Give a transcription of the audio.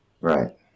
Right